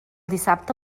dissabte